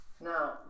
Now